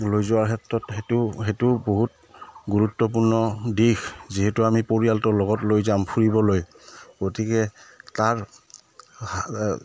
লৈ যোৱাৰ ক্ষেত্ৰত সেইটো সেইটো বহুত গুৰুত্বপূৰ্ণ দিশ যিহেতু আমি পৰিয়ালটোৰ লগত লৈ যাম ফুৰিবলৈ গতিকে তাৰ